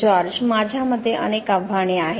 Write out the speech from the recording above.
George माझ्या मते अनेक आव्हाने आहेत